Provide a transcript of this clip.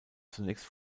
zunächst